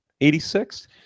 86